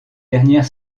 dernière